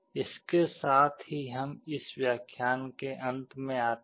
इसके साथ ही हम इस व्याख्यान के अंत में आते हैं